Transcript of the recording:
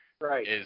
Right